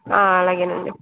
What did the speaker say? అలాగేనండి